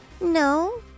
No